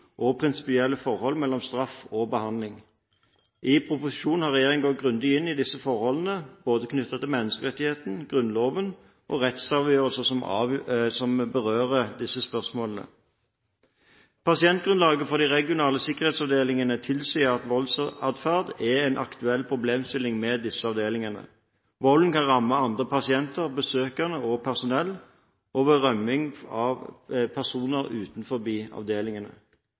og prinsipielle forhold mellom straff og behandling. I proposisjonen har regjeringen gått grundig inn i disse forholdene, både knyttet til menneskerettighetene, Grunnloven og rettsavgjørelser som berører disse spørsmålene. Pasientgrunnlaget for de regionale sikkerhetsavdelingene tilsier at voldsatferd er en aktuell problemstilling ved disse avdelingene. Volden kan ramme andre pasienter, besøkende og personell og ved rømning personer utenfor avdelingene.